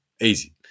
easy